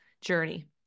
journey